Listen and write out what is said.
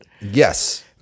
yes